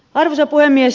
arvoisa puhemies